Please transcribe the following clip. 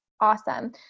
awesome